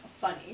funny